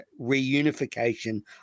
reunification